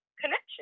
connection